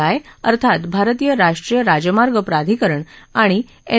आई अर्थात भारतीय राष्ट्रीय राजमार्ग प्राधिकरण आणि एन